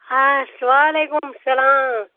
ہاں واعلیکُم السلام